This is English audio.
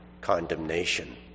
condemnation